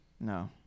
No